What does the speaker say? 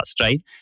right